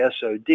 sod